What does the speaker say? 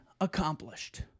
accomplished